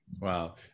Wow